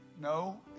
No